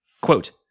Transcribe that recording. Quote